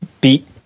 beat